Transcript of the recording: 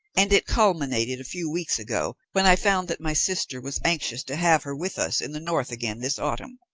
and it culminated a few weeks ago when i found that my sister was anxious to have her with us in the north again this autumn.